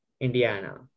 Indiana